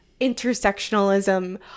intersectionalism